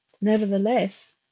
nevertheless